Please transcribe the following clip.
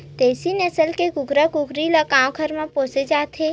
देसी नसल के कुकरा कुकरी ल गाँव घर म पाले जाथे